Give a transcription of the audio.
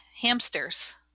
hamsters